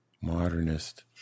modernist